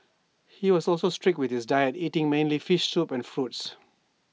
he was also strict with his diet eating mainly fish soup and fruits